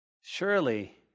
Surely